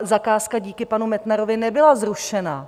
Zakázka díky panu Metnarovi nebyla zrušena.